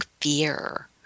fear